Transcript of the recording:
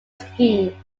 scheme